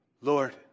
Lord